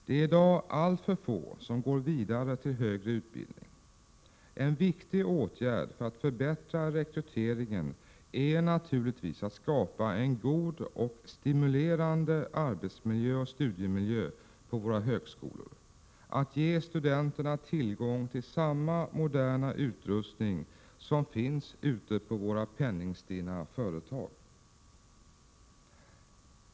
Det är i dag alltför få som går vidare till högre utbildning. En viktig åtgärd för att förbättra rekryteringen är naturligtvis att skapa en god och stimulerande arbetsoch studiemiljö på våra högskolor, att ge studenterna tillgång till samma moderna utrustning som finns ute på våra penningstinna storföretag.